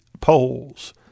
polls